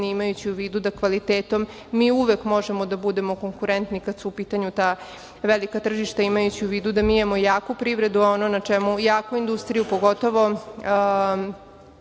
imajući u vidu da kvalitetom mi uvek može da budemo konkurentni kad su u pitanju ta velika tržišta, imajući u vidu da mi imamo jaku privredu, jaku industriju, pogotovo